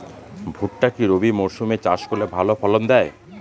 ভুট্টা কি রবি মরসুম এ চাষ করলে ভালো ফলন দেয়?